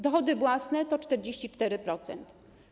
Dochody własne to 44%.